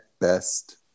best